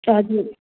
हजुर